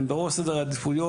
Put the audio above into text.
הם בראש סדר העדיפויות,